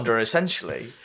essentially